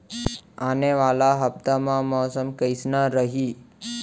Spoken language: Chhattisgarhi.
आने वाला हफ्ता मा मौसम कइसना रही?